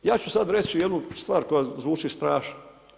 Ja ću sad reći jednu stvar koja zvuči strašno.